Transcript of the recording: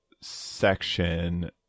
section